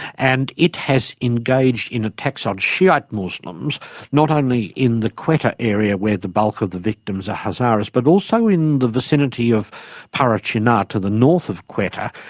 and it has engaged in attacks on shiite muslims not only in the quetta area, where the bulk of the victims are hazaras, but also in the vicinity of parachinar to the north of quetta,